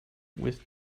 with